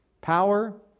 Power